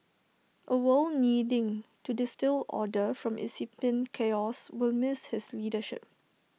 A world needing to distil order from incipient chaos will miss his leadership